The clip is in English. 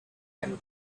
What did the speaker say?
and